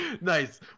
Nice